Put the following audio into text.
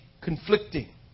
conflicting